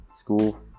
school